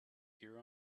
hear